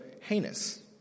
heinous